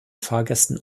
fahrgästen